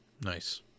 Nice